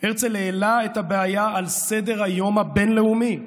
הרצל העלה את הבעיה על סדר-היום הבין-לאומי באומץ,